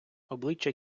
обличчя